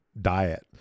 diet